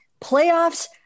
Playoffs